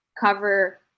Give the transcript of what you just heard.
cover